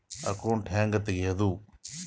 Account ಹ್ಯಾಂಗ ತೆಗ್ಯಾದು?